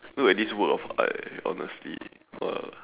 look at this work of art eh honestly !wah!